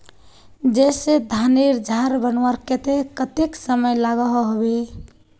जैसे धानेर झार बनवार केते कतेक समय लागोहो होबे?